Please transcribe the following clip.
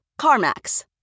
CarMax